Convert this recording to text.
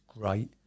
great